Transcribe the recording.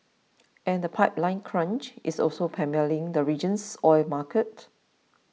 and the pipeline crunch is also pummelling the region's oil market